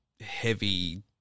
heavy